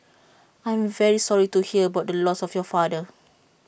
I am very sorry to hear about the loss of your father